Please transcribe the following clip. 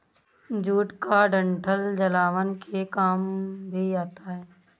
jute का डंठल जलावन के काम भी आता है